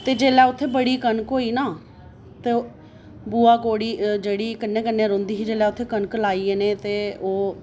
ते जेल्लै उत्थें बड़ी कनक होई ना ते बूआ कौड़ी जेह्ड़ी कन्नै कन्नै रौंह्दी जेल्लै उत्थै कनक लाई इ'नें ते ओह्